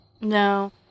No